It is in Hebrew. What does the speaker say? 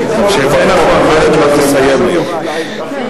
מה נשאר לנו?